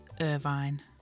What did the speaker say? Irvine